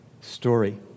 story